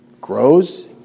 grows